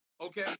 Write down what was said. Okay